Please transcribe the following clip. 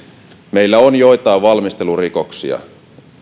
meillä on joitain valmistelurikoksia